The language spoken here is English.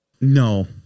No